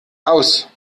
aus